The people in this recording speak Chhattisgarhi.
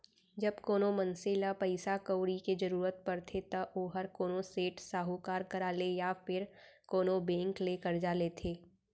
जब कोनो मनसे ल पइसा कउड़ी के जरूरत परथे त ओहर कोनो सेठ, साहूकार करा ले या फेर कोनो बेंक ले करजा लेथे